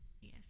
yes